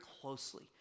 closely